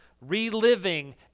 reliving